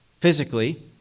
physically